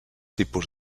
tipus